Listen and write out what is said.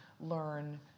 learn